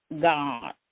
God